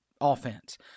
offense